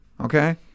Okay